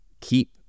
keep